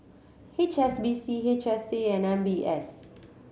H S B C H S A and M B S